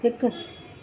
हिकु